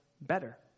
better